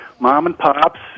mom-and-pops